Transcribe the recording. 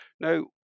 now